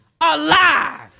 alive